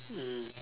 mm